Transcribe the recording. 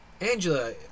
Angela